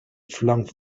flung